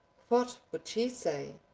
what would she say?